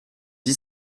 dit